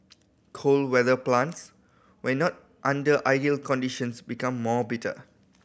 cold weather plants when not under ideal conditions become more bitter